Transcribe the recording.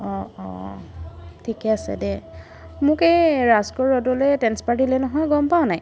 অঁ অঁ ঠিকে আছে দে মোক এই ৰাজগড় ৰোডলৈ ট্ৰেন্সফাৰ দিলে নহয় গম পাৱ নাই